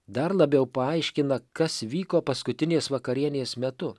dar labiau paaiškina kas vyko paskutinės vakarienės metu